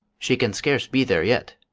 she can scarce be there yet.